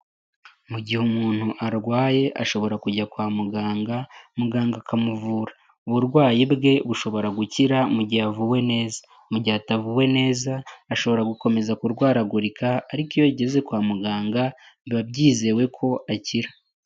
Mu gihe umuntu arwaye ashobora kujya kwa muganga muganga akamuvura, uburwayi bwe bushobora gukira mu gihe avuwe neza. Mu gihe atavuwe neza ashobora gukomeza kurwaragurika ariko iyo ageze kwa muganga biba byizewe ko akira.